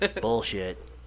Bullshit